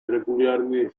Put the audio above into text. регулярные